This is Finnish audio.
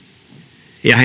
ja